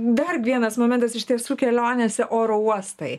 dar vienas momentas iš tiesų kelionėse oro uostai